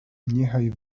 niechaj